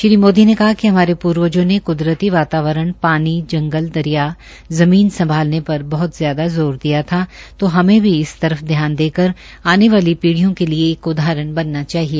श्री मोदी ने कहा कि हमारे पूर्वजो ने क्दरती वातावरण पानी जंगल दरिया ज़मीन संभालने पर बहत ज्यादा जोर दिया था तो हमे भी इस तरफ ध्यान देकर आने वाली पीढ़ीयों के लिए एक उदाहरण बनना चाहिए